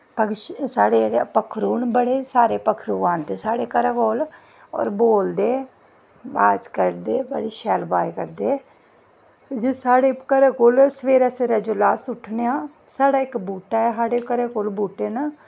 साढ़े जेह्ड़े पक्खरू न बड़े पक्खरू आंदे साढ़े घरा कोल और बोलदे अवाज कड्डदे बड़ी शैल अवाज कड्डदे इत्थै साढ़े घरै कोल सवेरै सवेरै जिसलै अस उट्ठने आं साढ़े इक बूह्दटा ऐ साढ़े घरे कोल बूह्टे न